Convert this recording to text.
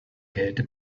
kälte